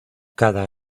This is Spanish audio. cada